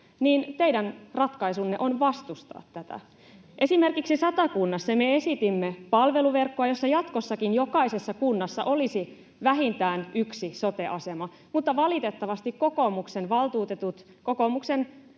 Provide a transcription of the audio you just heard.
niin teidän ratkaisunne on vastustaa tätä. Esimerkiksi Satakunnassa me esitimme palveluverkkoa, jossa jatkossakin jokaisessa kunnassa olisi vähintään yksi sote-asema, mutta valitettavasti kokoomuksen valtuutetut,